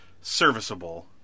serviceable